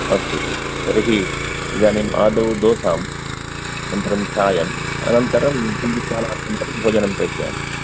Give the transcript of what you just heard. अस्तु तर्हि इदानीम् आदौ दोसां अनन्तरं चायं अनन्तरं किंचित् कालानन्तरं भोजनं प्रेषयामि